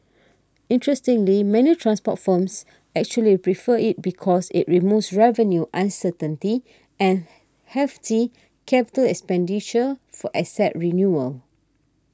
interestingly many transport firms actually prefer it because it removes revenue uncertainty and hefty capital expenditure for asset renewal